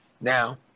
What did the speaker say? Now